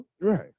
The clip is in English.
Right